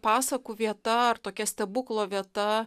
pasakų vieta ar tokia stebuklo vieta